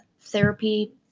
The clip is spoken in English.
therapy